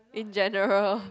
in general